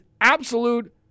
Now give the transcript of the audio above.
absolute